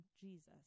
Jesus